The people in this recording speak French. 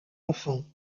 enfant